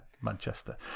Manchester